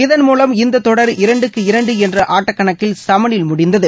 இதன் மூலம் இந்த தொடர் இரண்டுக்கு இரண்டு என்ற ஆட்டக்கணக்கில் சமனில் முடிந்தது